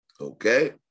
Okay